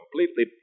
completely